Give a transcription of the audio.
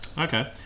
Okay